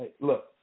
look